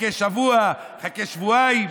חכה שבוע,